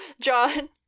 John